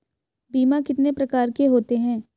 बीमा कितने प्रकार के होते हैं?